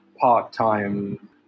part-time